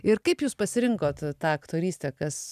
ir kaip jūs pasirinkot tą aktorystę kas